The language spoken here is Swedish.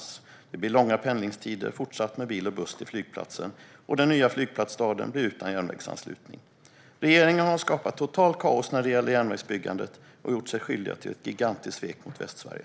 Det kommer att fortsätta att vara långa pendlingstider med bil och buss till flygplatsen, och den nya flygplatsstaden blir utan järnvägsanslutning. Regeringen har skapat totalt kaos när det gäller järnvägsbyggandet och har gjort sig skyldig till ett gigantiskt svek mot Västsverige.